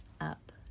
up